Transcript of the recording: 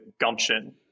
gumption